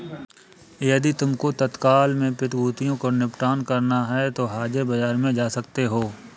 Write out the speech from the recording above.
यदि तुमको तत्काल में प्रतिभूतियों को निपटान करना है तो हाजिर बाजार में जा सकते हो